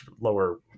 lower